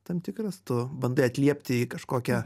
tam tikras tu bandai atliepti į kažkokią